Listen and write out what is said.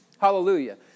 Hallelujah